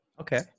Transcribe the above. Okay